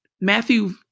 Matthew